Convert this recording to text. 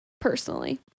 personally